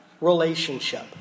relationship